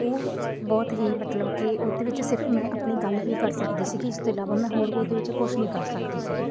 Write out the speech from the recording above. ਉਹ ਬਹੁਤ ਹੀ ਮਤਲਬ ਕਿ ਉਹਦੇ ਵਿੱਚ ਸਿਰਫ ਮੈਂ ਆਪਣੀ ਗੱਲ ਹੀ ਕਰ ਸਕਦੀ ਸੀਗੀ ਇਸ ਤੋਂ ਇਲਾਵਾ ਮੈਂ ਹੋਰ ਉਹਦੇ ਵਿੱਚ ਕੁਛ ਨਹੀਂ ਕਰ ਸਕਦੀ ਸੀਗੀ